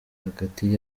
hagati